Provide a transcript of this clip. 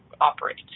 operate